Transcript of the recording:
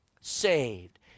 saved